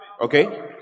Okay